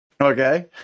okay